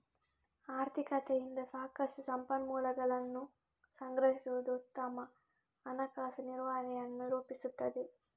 ಆರ್ಥಿಕತೆಯಿಂದ ಸಾಕಷ್ಟು ಸಂಪನ್ಮೂಲಗಳನ್ನು ಸಂಗ್ರಹಿಸುವುದು ಉತ್ತಮ ಹಣಕಾಸು ನಿರ್ವಹಣೆಯನ್ನು ರೂಪಿಸುತ್ತದೆ